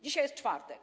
Dzisiaj jest czwartek.